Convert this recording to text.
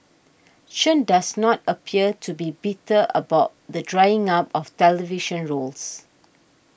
Chen does not appear to be bitter about the drying up of television roles